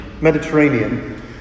Mediterranean